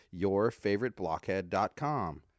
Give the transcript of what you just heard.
yourfavoriteblockhead.com